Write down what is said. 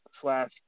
slash